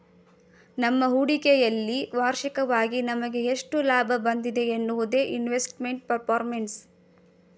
ನಮ್ಮ ಹೂಡಿಕೆಯಲ್ಲಿ ವಾರ್ಷಿಕವಾಗಿ ನಮಗೆ ಎಷ್ಟು ಲಾಭ ಬಂದಿದೆ ಎನ್ನುವುದೇ ಇನ್ವೆಸ್ಟ್ಮೆಂಟ್ ಪರ್ಫಾರ್ಮೆನ್ಸ್